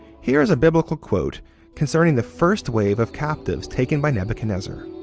here is a biblical quote concerning the first wave of captives taken by nebuchodonsor.